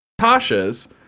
Tasha's